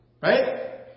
Right